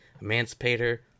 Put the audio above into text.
Emancipator